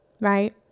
right